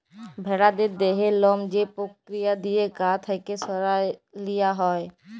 ভেড়ার দেহের লম যে পক্রিয়া দিঁয়ে গা থ্যাইকে সরাঁয় লিয়া হ্যয়